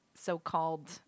so-called